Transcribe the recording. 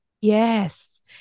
yes